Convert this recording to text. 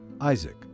Isaac